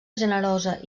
generosa